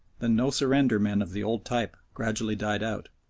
the no surrender men of the old type, gradually died out,